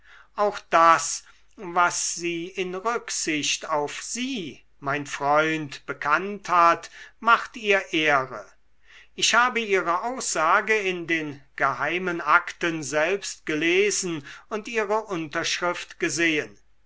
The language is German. auch das was sie in rücksicht auf sie mein freund bekannt hat macht ihr ehre ich habe ihre aussage in den geheimen akten selbst gelesen und ihre unterschrift gesehen